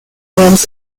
wales